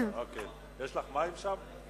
לך מים שם?